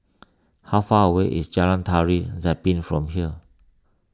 how far away is Jalan Tari Zapin from here